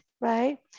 Right